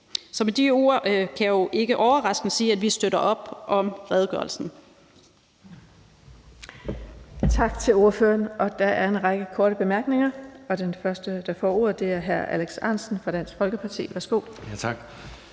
Så med de ord kan jeg jo ikke overraskende sige, at vi støtter op om redegørelsen.